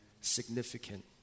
significant